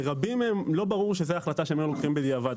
לרבים מהם לא ברור שזו ההחלטה שהם היו לוקחים בדיעבד.